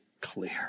clear